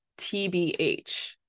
TBH